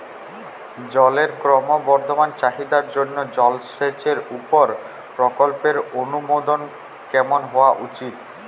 জলের ক্রমবর্ধমান চাহিদার জন্য জলসেচের উপর প্রকল্পের অনুমোদন কেমন হওয়া উচিৎ?